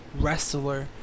wrestler